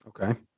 Okay